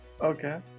Okay